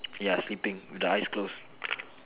ya sleeping with the eyes close